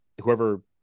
whoever